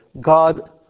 God